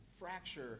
fracture